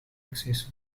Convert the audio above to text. acceso